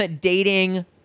dating